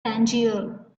tangier